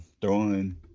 throwing –